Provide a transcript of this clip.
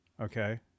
okay